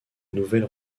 nouvelle